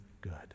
good